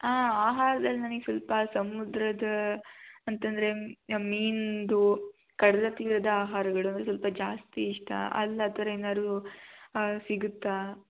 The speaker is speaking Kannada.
ಆಂ ಆಹಾರ್ದಲ್ಲಿ ನನಗೆ ಸ್ವಲ್ಪ ಸಮುದ್ರದ ಅಂತಂದರೆ ಮೀನಿಂದು ಕಡಲ ತೀರದ ಆಹಾರಗಳು ಅಂದ್ರೆ ಸ್ವಲ್ಪ ಜಾಸ್ತಿ ಇಷ್ಟ ಅಲ್ಲಿ ಆ ಥರ ಏನಾರೂ ಸಿಗುತ್ತಾ